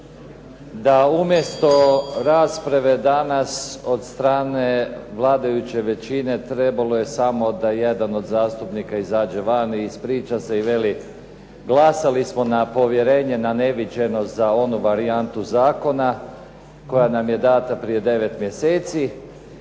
da umjesto rasprave danas od strane vladajuće većine trebalo je samo da jedan od zastupnika izađe van i ispriča se i veli glasali smo na povjerenje na neviđeno za onu varijantu zakona koja nam je data prije 9 mjeseci.